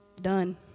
Done